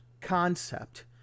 concept